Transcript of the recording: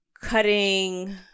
cutting